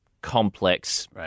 complex